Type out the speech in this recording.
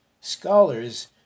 scholars